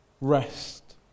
rest